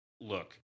look